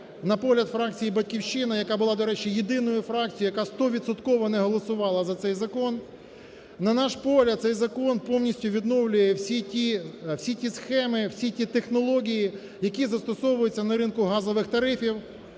на погляд фракції "Батьківщина", яка була, до речі, єдиною фракцією, яка стовідсотково не голосувала за цей закон. На наш погляд, цей закон повністю відновлює всі ті схеми, всі ті технології, які застосовуються на ринку газових тарифів.